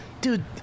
Dude